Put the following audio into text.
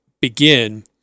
begin